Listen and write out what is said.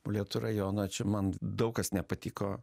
molėtų rajono čia man daug kas nepatiko